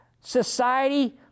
society